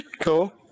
Cool